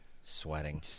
Sweating